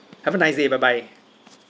have a nice day bye bye